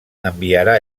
enviarà